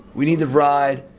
we need the ride.